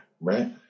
right